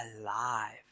alive